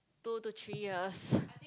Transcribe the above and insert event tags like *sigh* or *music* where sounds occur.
two to three years *breath*